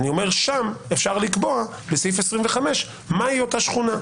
שם אפשר לקבוע מהי אותה שכונה.